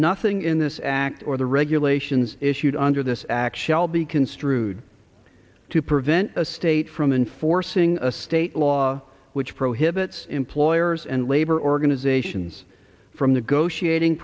nothing in this act or the regulations issued under this act shall be construed to prevent a state from enforcing a state law which prohibits employers and labor organizations from the goshi ating